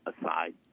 aside